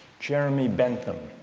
jeremy bentham,